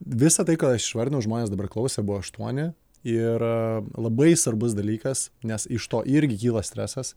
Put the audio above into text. visa tai ką aš išvardinau žmonės dabar klausė buvo aštuoni ir labai svarbus dalykas nes iš to irgi kyla stresas